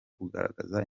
kugaragaza